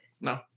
No